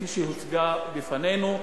כפי שהוצגה בפנינו,